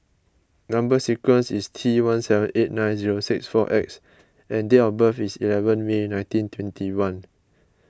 Number Sequence is T one seven eight nine zero six four X and date of birth is eleven May nineteen twenty one